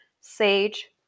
sage